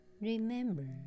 remember